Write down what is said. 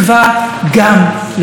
גם לשלום.